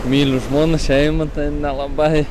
myliu žmoną šeimą tai nelabai